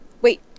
Wait